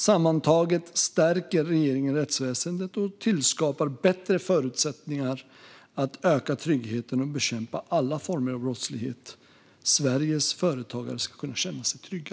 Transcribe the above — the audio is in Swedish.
Sammantaget stärker regeringen rättsväsendet och skapar bättre förutsättningar att öka tryggheten och bekämpa alla former av brottlighet. Sveriges företagare ska kunna känna sig trygga.